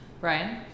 Brian